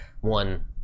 one